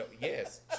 Yes